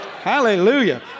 Hallelujah